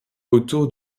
autour